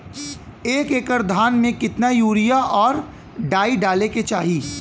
एक एकड़ धान में कितना यूरिया और डाई डाले के चाही?